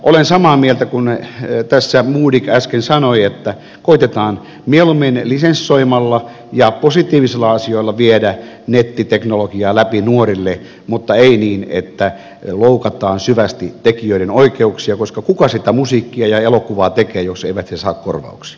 olen samaa mieltä kuin tässä modig joka äsken sanoi että koetetaan mieluummin lisensoimalla ja positiivisilla asioilla viedä nettiteknologiaa läpi nuorille mutta ei niin että loukataan syvästi tekijöiden oikeuksia koska kuka sitä musiikkia ja elokuvaa tekee jos eivät he saa korvauksia